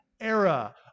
era